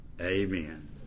amen